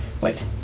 Wait